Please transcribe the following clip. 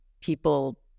people